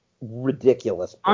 ridiculous